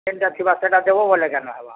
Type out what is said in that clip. ଯେନ୍ଟା ଥିବା ସେଟା ଦେବ ବେଲେ କା'ନ ହେବା